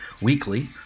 weekly